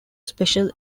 special